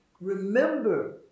remember